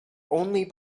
only